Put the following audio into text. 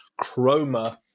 Chroma